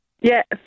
Yes